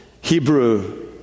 Hebrew